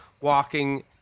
walking